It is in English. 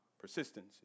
persistence